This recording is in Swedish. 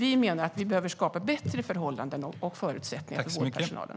Vi menar att vi behöver skapa bättre förhållanden och förutsättningar för vårdpersonalen.